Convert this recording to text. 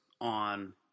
on